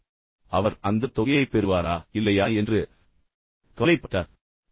இப்போது அவர் அந்தத் தொகையைப் பெறுவாரா இல்லையா என்று மிகவும் கவலைப்பட்டார்